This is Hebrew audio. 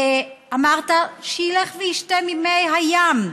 אמרת: שילך וישתה ממי הים.